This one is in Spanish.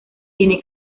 tiene